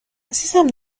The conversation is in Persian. عزیزم